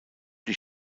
die